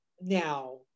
now